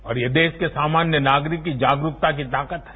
और ये देश की सामान्य नागरिक की जागरूकता की ताकत है